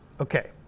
Okay